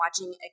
watching